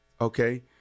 okay